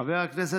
מה זה,